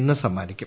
ഇന്ന് സമ്മാനിക്കും